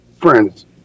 friends